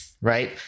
Right